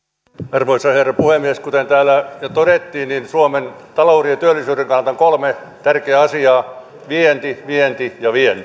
arvoisa herra puhemies kuten täällä jo todettiin suomen talouden ja työllisyyden kannalta on kolme tärkeää asiaa vienti vienti ja vienti